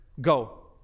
go